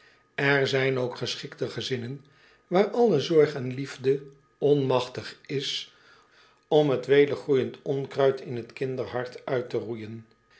er zijn ook geschikte gezinnen waar alle zorg en liefde onmagtig is om het welig groeijend onkruid in een kinderhart uit te roeijen